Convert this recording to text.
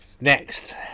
next